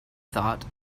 thought